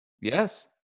Yes